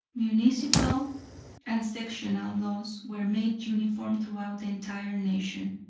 municipal and sectional laws were made uniform throughout the entire nation.